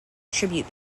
tribute